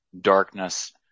darkness